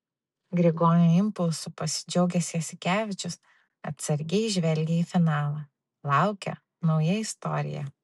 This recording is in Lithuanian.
grigonio impulsu pasidžiaugęs jasikevičius atsargiai žvelgia į finalą laukia nauja istorija